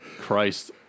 Christ